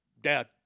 Dad